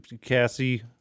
Cassie